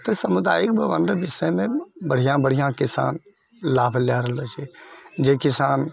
तऽ सामुदायिक प्रबन्धन विषयमे बढ़िआँ बढ़िआँ किसान लाभ लऽ रहलऽ छै जे किसान